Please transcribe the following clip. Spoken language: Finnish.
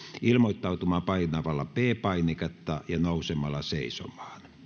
ilmoittautumaan painamalla p painiketta ja nousemalla seisomaan